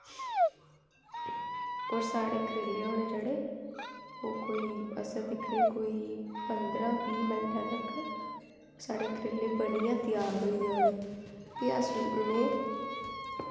होर साढ़े करेले न जेह्ड़े ओह् कोई असें दिक्खने कोई पंदरां बीह् मिंट तक्कर साढ़े करेले बनियै त्यार होई जाने भी अस उ'नें ई